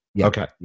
Okay